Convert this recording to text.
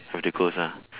have the goals ah